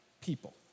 people